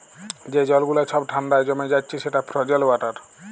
যে জল গুলা ছব ঠাল্ডায় জমে যাচ্ছে সেট ফ্রজেল ওয়াটার